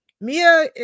Mia